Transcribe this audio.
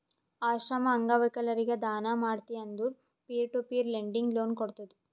ಆಶ್ರಮ, ಅಂಗವಿಕಲರಿಗ ದಾನ ಮಾಡ್ತಿ ಅಂದುರ್ peer to peer lending loan ಕೋಡ್ತುದ್